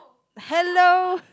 hello